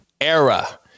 era